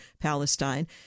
Palestine